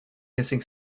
hissing